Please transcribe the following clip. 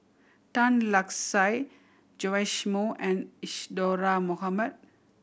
Tan Lark Sye Joash Moo and Isadhora Mohamed